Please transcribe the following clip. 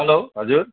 hello हजुर